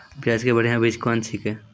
प्याज के बढ़िया बीज कौन छिकै?